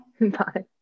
bye